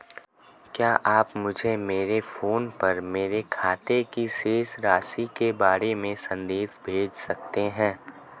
क्या आप मुझे मेरे फ़ोन पर मेरे खाते की शेष राशि के बारे में संदेश भेज सकते हैं?